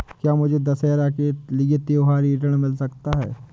क्या मुझे दशहरा के लिए त्योहारी ऋण मिल सकता है?